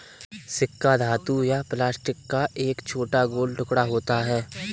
सिक्का धातु या प्लास्टिक का एक छोटा गोल टुकड़ा होता है